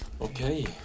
okay